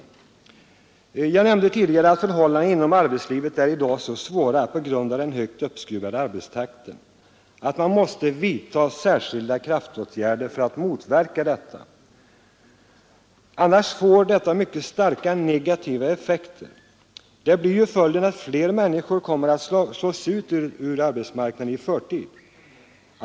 Tidigare nämnde jag att förhållandena inom arbetslivet i dag på grund av den högt uppskruvade arbetstakten är så svåra att man måste vidta särskilda kraftåtgärder för att motverka dessa svårigheter. Annars blir det mycket starka negativa effekter. Följden blir att fler människor kommer att slås ut ur arbetsmarknaden i förtid.